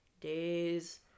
days